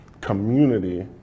community